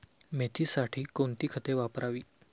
मेथीसाठी कोणती खते वापरावी?